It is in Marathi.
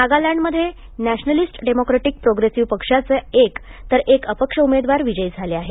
नागालँडमध्ये नॅशलिस्ट डेमोक्रेटिक प्रोग्रेसिव्ह पक्षाचे एक तर एक अपक्ष उमेदवार विजयी झाले आहेत